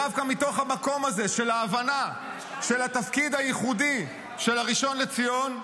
דווקא מתוך המקום הזה של ההבנה של התפקיד הייחודי של הראשון לציון,